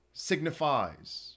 signifies